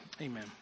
amen